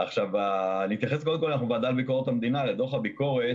אני אתייחס קודם לדוח הביקורת.